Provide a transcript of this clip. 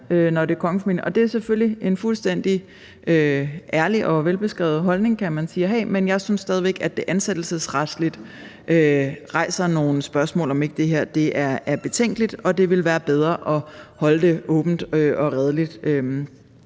det er selvfølgelig en fuldstændig ærlig og velbeskrevet holdning at have, kan man sige, men jeg synes stadig væk, at det ansættelsesretligt rejser nogle spørgsmål om, om ikke det her er betænkeligt, og at det ville være bedre at holde det åbent og redeligt,